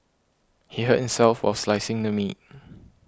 he hurt himself while slicing the meat